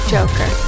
Joker